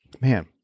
man